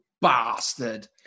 bastard